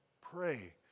pray